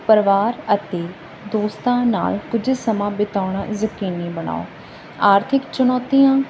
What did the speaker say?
ਪਰਿਵਾਰ ਅਤੇ ਦੋਸਤਾਂ ਨਾਲ ਕੁਝ ਸਮਾਂ ਬਿਤਾਉਣਾ ਯਕੀਨੀ ਬਣਾਓ ਆਰਥਿਕ ਚੁਣੌਤੀਆਂ